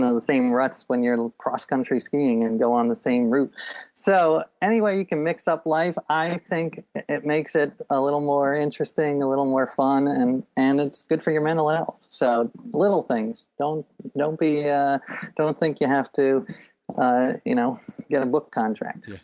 the same ruts when you're cross-country skiing and go on the same route so, anyway you can mix up life. i think it makes it a little more interesting, a little more fun and and it's good for your mental health. so little things don't don't be yeah don't think you have to ah you know get a book contract